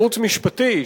ערוץ משפטי,